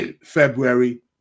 February